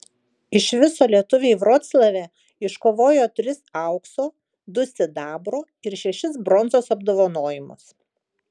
iš viso lietuviai vroclave iškovojo tris aukso du sidabro ir šešis bronzos apdovanojimus